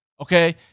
Okay